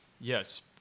Yes